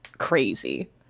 Crazy